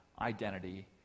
identity